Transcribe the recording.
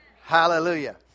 Hallelujah